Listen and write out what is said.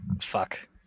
fuck